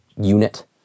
unit